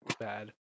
bad